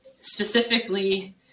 specifically